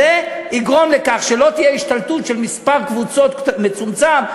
זה יגרום לכך שלא תהיה השתלטות של מספר קבוצות מצומצם,